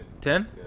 ten